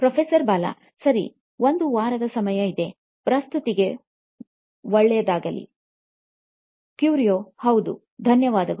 professor Bala ಸರಿ ಒಂದು ವಾರದ ಸಮಯ ಇದೆ ಪ್ರಸ್ತುತಿಗೆ ಒಳ್ಳೆಯದಾಗಲಿ ಕ್ಯೂರಿಯೊ ಹೌದು ಧನ್ಯವಾದಗಳು